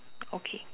okay